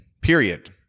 period